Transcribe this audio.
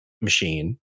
machine